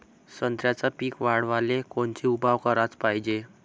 संत्र्याचं पीक वाढवाले कोनचे उपाव कराच पायजे?